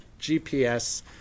GPS